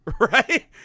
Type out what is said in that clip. right